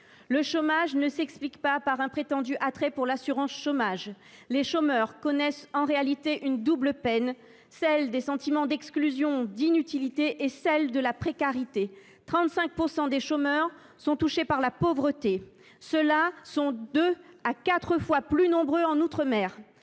Le chômage ne s’explique pas par un prétendu attrait pour l’assurance chômage. Les chômeurs connaissent en réalité une double peine : celle des sentiments d’exclusion et d’inutilité et celle de la précarité. Ainsi, 35 % des chômeurs sont touchés par la pauvreté : ceux là sont deux à quatre fois plus nombreux en outre mer